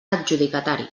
adjudicatari